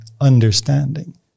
understanding